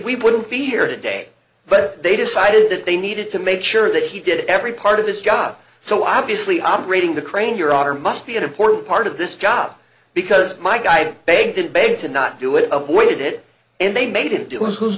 we wouldn't be here today but they decided that they needed to make sure that he did every part of his job so obviously operating the crane your honor must be an important part of this job because my guy begged and begged to not do it avoided and they made him